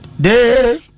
day